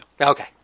Okay